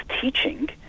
teaching